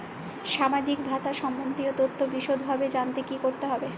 সামাজিক ভাতা সম্বন্ধীয় তথ্য বিষদভাবে জানতে কী করতে হবে?